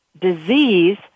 disease